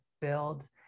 builds